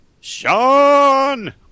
Sean